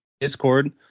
discord